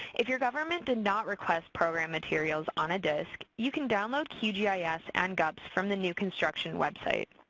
if your government did not request program materials on a disc, you can download qgis and gups from the new construction website.